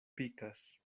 pikas